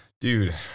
Dude